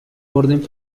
orden